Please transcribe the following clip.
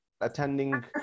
attending